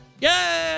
Yay